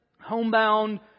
homebound